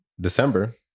December